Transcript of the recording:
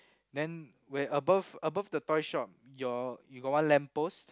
then where above above the toy shop you got one lamppost